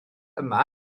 yma